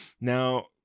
now